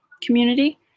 community